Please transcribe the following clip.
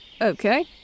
Okay